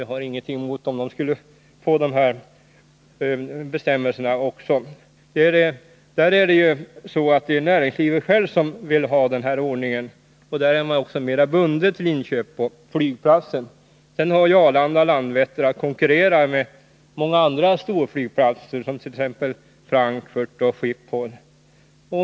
Jag skulle inte ha något emot att man fick samma bestämmelser på Kastrups flygplats. Den ordning som där tillämpas är det näringslivet självt som vill ha, och där är man mer bunden till inköp på flygplatsen. Arlanda och Landvetter har att konkurrera med många andra storflygplatser som t.ex. Frankfurts och Schiphols flygplatser.